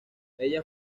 ella